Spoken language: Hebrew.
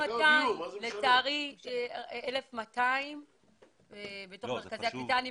לצערי רק 1,200 במרכזי הקליטה,